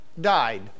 died